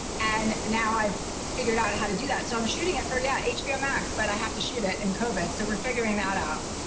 and now, i've figured out how to do that. so, i'm shooting it for, yeah, hbo max, but i have to shoot it and kind of in so we're figuring that out.